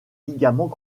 ligaments